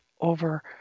over